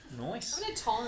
Nice